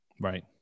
Right